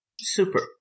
Super